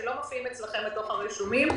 שלא מופיעים אצלכם ברישומים.